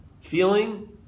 Feeling